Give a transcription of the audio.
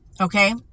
Okay